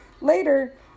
Later